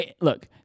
Look